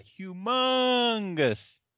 humongous